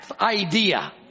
idea